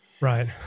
right